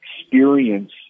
experience